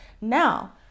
Now